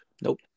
Nope